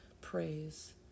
praise